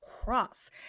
cross